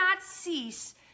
cease